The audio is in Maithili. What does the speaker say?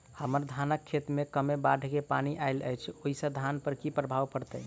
हम्मर धानक खेत मे कमे बाढ़ केँ पानि आइल अछि, ओय सँ धान पर की प्रभाव पड़तै?